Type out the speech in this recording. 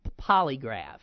polygraph